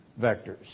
vectors